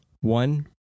One